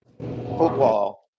football